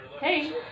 Hey